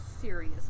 serious